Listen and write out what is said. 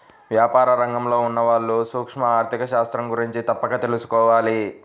వ్యాపార రంగంలో ఉన్నవాళ్ళు సూక్ష్మ ఆర్ధిక శాస్త్రం గురించి తప్పక తెలుసుకోవాలి